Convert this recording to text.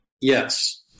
Yes